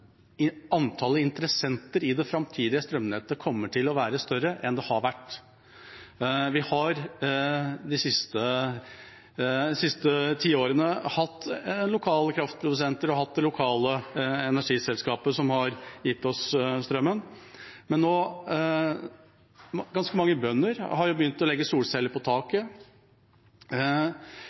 antallet interessenter i det framtidige strømnettet kommer til å være større enn det har vært. Vi har de siste tiårene hatt lokale kraftprodusenter, lokale energiselskaper, som har gitt oss strømmen. Ganske mange bønder har begynt å legge solceller på taket.